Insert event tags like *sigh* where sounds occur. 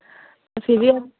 *unintelligible*